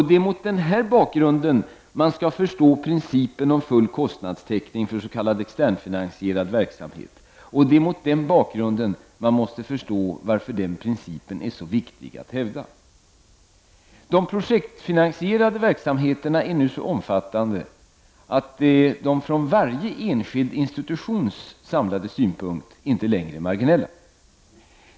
Det är mot denna bakgrund man skall förstå principen om full kostnadstäckning för s.k. externfinansierad verksamhet. Det är mot den bakgrunden man måste förstå varför den principen är så viktig att hävda. De projektfinasierade verksamheterna är nu så omfattande, att de från varje enskild institutions samlade synpunkt inte längre är marginella.